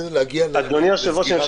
(היו"ר עמית הלוי,